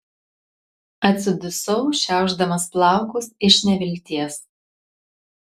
atsidusau šiaušdamas plaukus iš nevilties